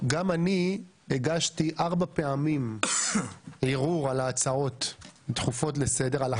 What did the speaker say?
גם אני הגשתי 4 פעמים ערעור על הצעות דחופות לסדר.